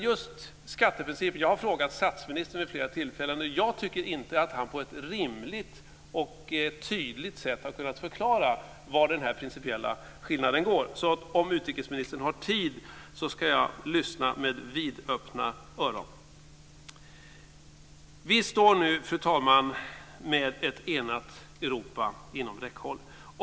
Jag har frågat statsministern vid flera tillfällen och jag tycker inte att han på ett rimligt och tydligt sätt har kunnat förklara vari den principiella skillnaden ligger. Om utrikesministern har tid ska jag lyssna med vidöppna öron. Vi står nu, fru talman, med ett enat Europa inom räckhåll.